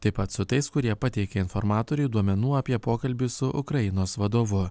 taip pat su tais kurie pateikė informatoriui duomenų apie pokalbį su ukrainos vadovu